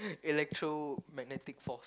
electromagnetic force